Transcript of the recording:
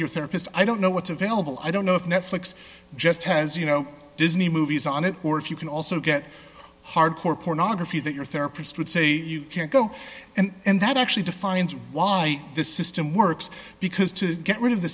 a therapist i don't know what's available i don't know if never flix just has you know disney movies on it or if you can also get hardcore pornography that your therapist would say you can't go and that actually defines why this system works because to get rid of the